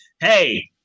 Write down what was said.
hey